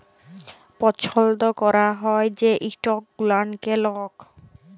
পছল্দ ক্যরা হ্যয় যে ইস্টক গুলানকে লক